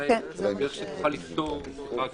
אולי דרך שתוכל לפתור את